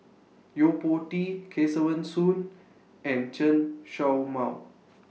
Yo Po Tee Kesavan Soon and Chen Show Mao